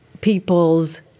people's